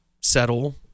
settle